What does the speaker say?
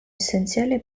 essenziale